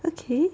okay